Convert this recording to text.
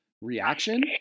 reaction